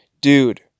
dude